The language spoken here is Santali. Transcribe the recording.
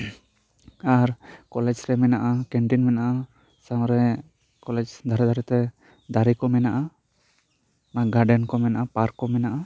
ᱟᱨ ᱠᱚᱞᱮᱡᱽ ᱨᱮ ᱢᱮᱱᱟᱜᱼᱟ ᱠᱮᱱᱴᱤᱱ ᱢᱮᱱᱟᱜᱼᱟ ᱥᱟᱶ ᱨᱮ ᱠᱚᱞᱮᱡᱽ ᱫᱷᱟᱨᱮ ᱫᱷᱟᱨᱮ ᱛᱮ ᱫᱟᱨᱮ ᱠᱚ ᱢᱮᱱᱟᱜᱼᱟ ᱜᱟᱨᱰᱮᱱ ᱠᱚ ᱢᱮᱱᱟᱜᱼᱟ ᱯᱟᱨᱠ ᱠᱚ ᱢᱮᱱᱟᱜᱼᱟ